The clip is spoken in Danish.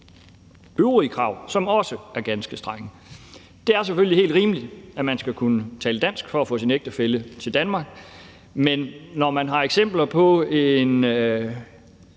øvrige krav, som også er ganske strenge. Det er selvfølgelig helt rimeligt, at man skal kunne tale dansk for at få sin ægtefælle til Danmark, men når f.eks. en